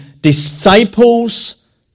disciples